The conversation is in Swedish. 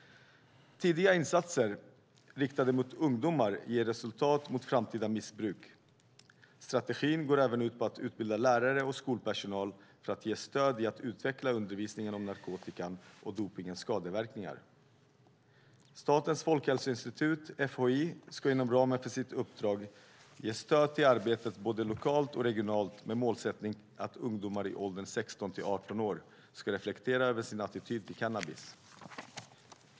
Tidiga insatser riktade mot ungdomar ger resultat mot framtida missbruk. Strategin går även ut på att utbilda lärare och skolpersonal för att ge stöd i att utveckla undervisningen om narkotikans och dopningens skadeverkningar. Statens folkhälsoinstitut, FHI, ska inom ramen för sitt uppdrag ge stöd till arbetet både lokalt och regionalt med målsättningen att ungdomar i åldern 16-18 år ska reflektera över sin attityd till cannabis.